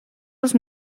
els